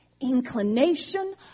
inclination